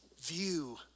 view